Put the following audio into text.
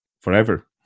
forever